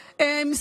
לרגע,